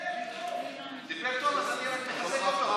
אני רק מחזק אותו.